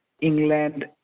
England